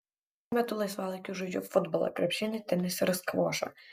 šiuo metu laisvalaikiu žaidžiu futbolą krepšinį tenisą ir skvošą